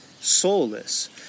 soulless